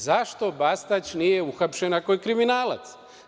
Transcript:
Zašto Bastać nije uhapšen ako je kriminalac?